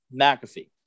McAfee